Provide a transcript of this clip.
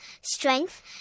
strength